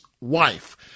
wife